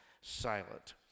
silent